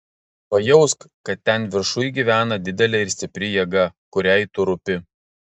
pajausk kad ten viršuj gyvena didelė ir stipri jėga kuriai tu rūpi